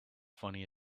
funny